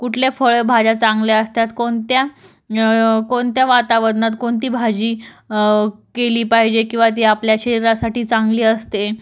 कुठल्या फळं भाज्या चांगल्या आसतात कोणत्या कोणत्या वातावरणत कोणती भाजी केली पाहिजे किंवा जे आपल्या शरीरासाठी चांगली असते